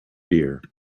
beer